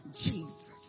Jesus